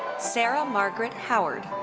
sarah margaret howard.